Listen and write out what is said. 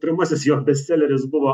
pirmasis jo bestseleris buvo